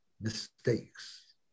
mistakes